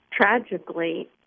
tragically